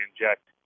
inject